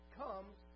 comes